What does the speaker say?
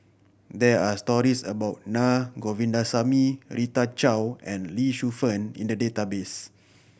there are stories about Na Govindasamy Rita Chao and Lee Shu Fen in the database